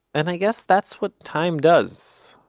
and i guess that's what time does.